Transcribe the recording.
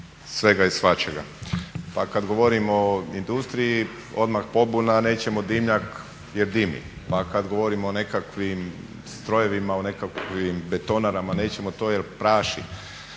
svega i svačega. Pa kad govorimo o industriji odmah pobuna, nećemo dimnjak jer dimi, pa kad govorimo o nekakvim strojevima, o nekakvim betonarama nećemo to jer praši